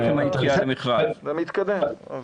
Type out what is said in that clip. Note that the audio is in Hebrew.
זה מתקדם.